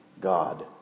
God